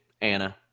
Anna